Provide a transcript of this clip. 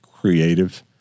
creative